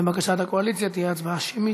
לבקשת הממשלה, תהיה הצבעה שמית.